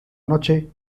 noche